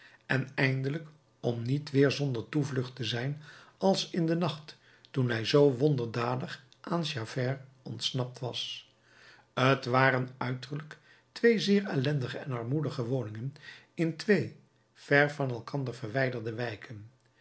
en eindelijk om niet weer zonder toevlucht te zijn als in den nacht toen hij zoo wonderdadig aan javert ontsnapt was t waren uiterlijk twee zeer ellendige en armoedige woningen in twee ver van elkander verwijderde wijken